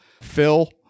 Phil